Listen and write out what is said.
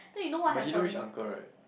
but he know which uncle right